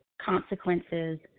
consequences